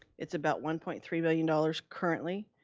it's about one point three billion dollars currently.